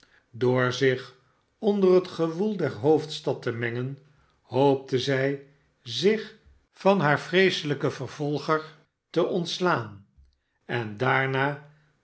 door zich onder het gewoel der hoofdstad te vermengen hoopte zij zich van haar vreeselijken vervolger te ontslaan en daarna